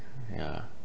yeah